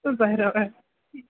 बरोबर